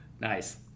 Nice